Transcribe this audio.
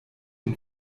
den